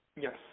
Yes